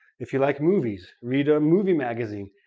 if you like movies, read a movie magazine,